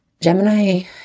Gemini